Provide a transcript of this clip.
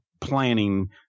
planning